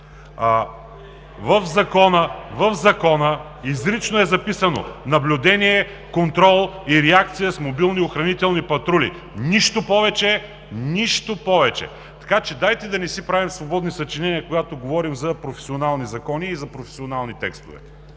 В Закона изрично е записано: „наблюдение, контрол и реакция с мобилни охранителни патрули“, нищо повече. Нищо повече! Така че, дайте да не си правим свободни съчинения, когато говорим за професионални закони и за професионални текстове.